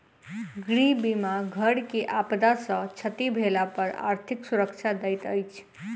गृह बीमा घर के आपदा सॅ क्षति भेला पर आर्थिक सुरक्षा दैत अछि